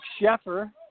Sheffer